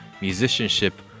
musicianship